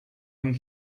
one